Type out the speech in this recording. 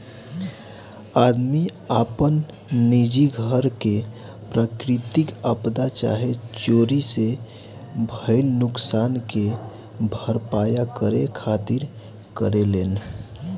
आदमी आपन निजी घर के प्राकृतिक आपदा चाहे चोरी से भईल नुकसान के भरपाया करे खातिर करेलेन